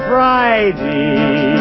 Friday